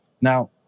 Now